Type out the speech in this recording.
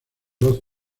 voz